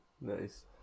Nice